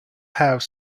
have